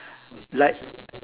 like